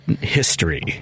history